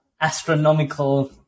astronomical